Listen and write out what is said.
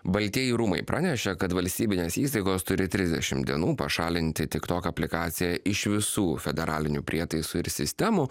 baltieji rūmai praneša kad valstybinės įstaigos turi trisdešimt dienų pašalinti tiktok aplikaciją iš visų federalinių prietaisų ir sistemų